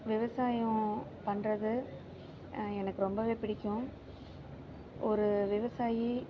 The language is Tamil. விவசாயம் பண்ணுறது எனக்கு ரொம்பவே பிடிக்கும் ஒரு விவசாயி